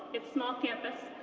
its small campus,